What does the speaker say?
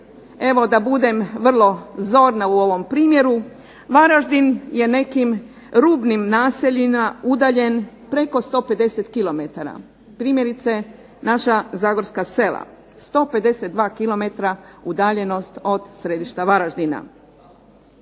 evo da budem vrlo zorna u ovom primjeru, Varaždin je nekim rubnim naseljima udaljen preko 150 kilometara, primjerice naša zagorska sela 152 kilometra udaljenost od središta Varaždina.